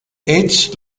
its